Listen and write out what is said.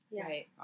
Right